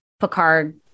Picard